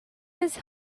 his